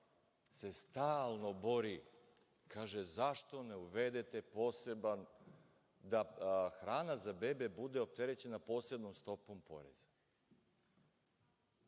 stalno bori, kaže zašto ne uvedete da hrana za bebe bude opterećena posebno stopom poreza.